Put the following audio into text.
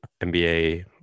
NBA